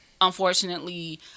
unfortunately